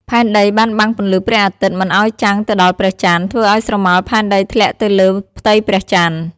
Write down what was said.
ផែនដីបានបាំងពន្លឺព្រះអាទិត្យមិនឲ្យចាំងទៅដល់ព្រះចន្ទ ធ្វើឲ្យស្រមោលផែនដីធ្លាក់ទៅលើផ្ទៃព្រះចន្ទ ។